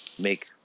Make